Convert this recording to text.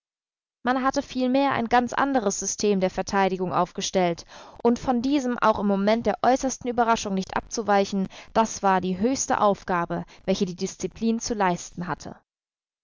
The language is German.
man hatte vielmehr ein ganz anderes system der verteidigung aufgestellt und von diesem auch im moment der äußersten überraschung nicht abzuweichen das war die höchste aufgabe welche die disziplin zu leisten hatte